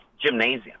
gymnasium